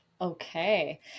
okay